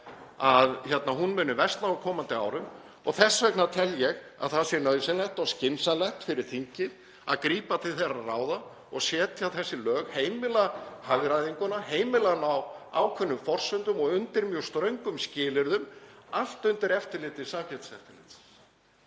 að hún muni versna á komandi árum — tel ég að það sé nauðsynlegt og skynsamlegt fyrir þingið að grípa til þeirra ráða að setja þessi lög, heimila hagræðinguna, heimila hana á ákveðnum forsendum og undir mjög ströngum skilyrðum, allt undir eftirliti Samkeppniseftirlitsins.